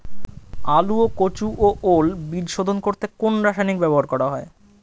আলু ও কচু ও ওল বীজ শোধন করতে কোন রাসায়নিক ব্যবহার করা হয়?